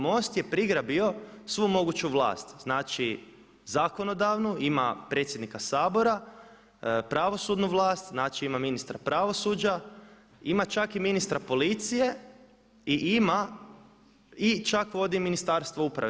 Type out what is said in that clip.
MOST je prigrabio svu moguću vlast, znači zakonodavnu, ima predsjednika Sabora, pravosudnu vlast znači ima ministra pravosuđa, ima čak i ministra policije i ima, i čak vodi Ministarstvo uprave.